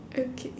okay